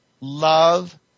love